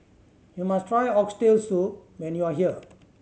you must try Oxtail Soup when you are here